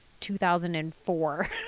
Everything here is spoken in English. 2004